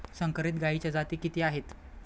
संकरित गायीच्या जाती किती आहेत?